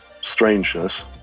strangeness